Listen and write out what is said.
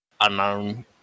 unknown